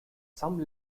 some